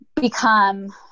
become